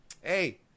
hey